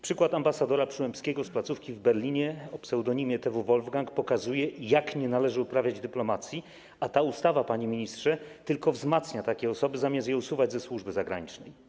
Przykład ambasadora Przyłębskiego z placówki w Berlinie o pseudonimie TW Wolfgang pokazuje, jak nie należy uprawiać dyplomacji, a ta ustawa, panie ministrze, tylko wzmacnia takie osoby, zamiast je usuwać ze służby zagranicznej.